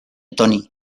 tony